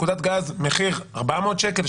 נקודת גז מחירה 400 שקלים,